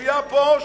שמופיעה פה,